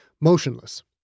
motionless